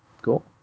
Cool